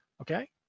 Okay